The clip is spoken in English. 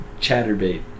chatterbait